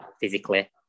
physically